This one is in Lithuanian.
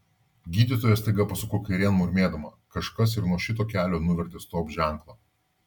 gydytoja staiga pasuko kairėn murmėdama kažkas ir nuo šito kelio nuvertė stop ženklą